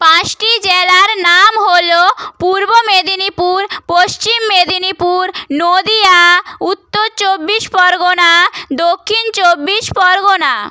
পাঁচটি জেলার নাম হলো পূর্ব মেদিনীপুর পশ্চিম মেদিনীপুর নদীয়া উত্তর চব্বিশ পরগনা দক্ষিণ চব্বিশ পরগনা